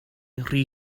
rhy